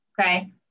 Okay